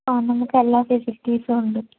ആ നമ്മുക്കെല്ലാ ഫെസിലിറ്റീസും ഉണ്ട്